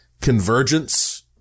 convergence